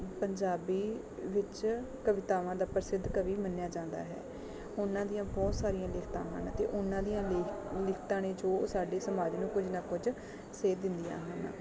ਪੰਜਾਬੀ ਵਿੱਚ ਕਵਿਤਾਵਾਂ ਦਾ ਪ੍ਰਸਿੱਧ ਕਵੀ ਮੰਨਿਆ ਜਾਂਦਾ ਹੈ ਉਹਨਾਂ ਦੀਆਂ ਬਹੁਤ ਸਾਰੀਆਂ ਲਿਖਤਾਂ ਹਨ ਅਤੇ ਉਹਨਾਂ ਦੀਆਂ ਲਿਖ ਲਿਖਤਾਂ ਨੇ ਜੋ ਸਾਡੇ ਸਮਾਜ ਨੂੰ ਕੁਝ ਨਾ ਕੁਝ ਸੇਧ ਦਿੰਦੀਆਂ ਹਨ